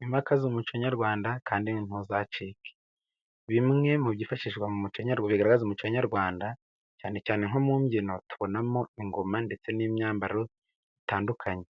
Twimakaze umuco Nyarwanda kandi ntuzacike, bimwe mu byifashishwa mu bigaragaraza umuco Nyarwanda, cyane cyane nko mu mbyino tubonamo ingoma, ndetse n'imyambaro itandukanye